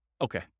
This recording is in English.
Okay